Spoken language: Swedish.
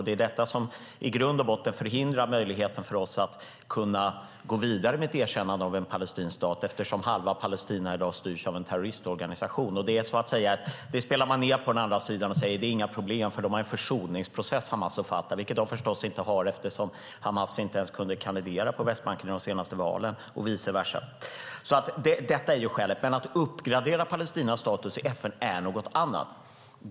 Det är detta som i grund och botten förhindrar möjligheten för oss att kunna gå vidare med ett erkännande av en palestinsk stat, eftersom halva Palestina i dag styrs av en terroristorganisation. Det spelar man ned på andra sidan och säger: Det är inga problem, eftersom Hamas och Fatah har en försoningsprocess. De har de förstås inte, eftersom Hamas inte ens kunde kandidera på Västbanken i de senaste valen och vise versa. Detta är skälet. Att uppgradera Palestinas status i FN är något annat.